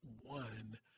one